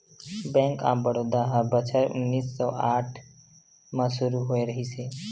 bank of Baroda ह बछर उन्नीस सौ आठ म सुरू होए रिहिस हे